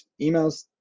emails